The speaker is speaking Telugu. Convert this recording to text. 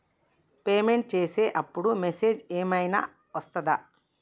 పేమెంట్ చేసే అప్పుడు మెసేజ్ ఏం ఐనా వస్తదా?